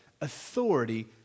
authority